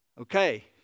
Okay